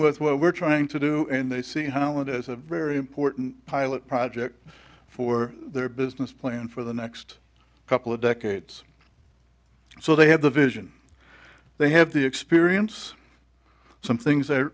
with what we're trying to do and they see how it is a very important pilot project for their business plan for the next couple of decades so they have the vision they have the experience some things